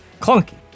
clunky